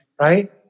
right